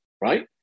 right